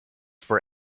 for